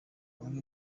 amwe